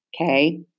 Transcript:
Okay